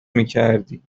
میکردی